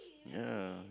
ya